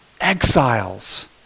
exiles